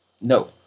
No